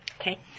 Okay